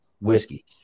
whiskey